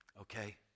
Okay